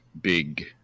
big